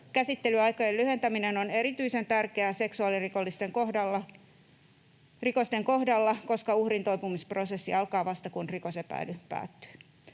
Käsittelyaikojen lyhentäminen on erityisen tärkeää seksuaalirikosten kohdalla, koska uhrin toipumisprosessi alkaa vasta kun rikosepäily päättyy.